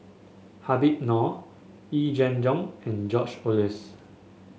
Habib Noh Yee Jenn Jong and George Oehlers